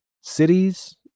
cities